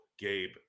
Gabe